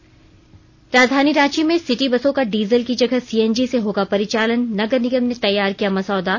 त् राजधानी रांची में सिटी बसों का डीजल की जगह सीएनजी से होगा परिचालन नगर निगम ने तैयार किया मसौदा